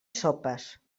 sopes